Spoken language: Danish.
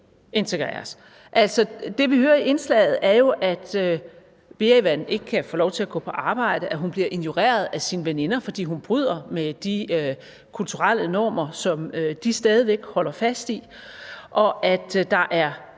vi hører i indslaget, er, at Berivan ikke kan få lov til at gå på arbejde, at hun bliver ignoreret af sine veninder, fordi hun bryder med de kulturelle normer, som de stadig væk holder fast i,